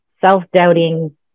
self-doubting